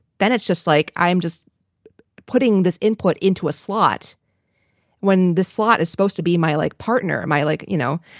then it's just like i'm just putting this input into a slot when the slot is supposed to be my life like partner. am i like, you know,